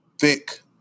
thick